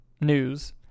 news